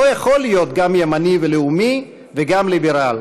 לא יכול להיות גם ימני ולאומי וגם ליברל,